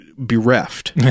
bereft